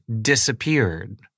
disappeared